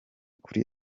kuri